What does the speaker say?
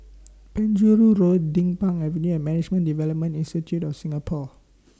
Penjuru Road Din Pang Avenue and Management Development Institute of Singapore